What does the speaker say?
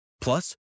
Plus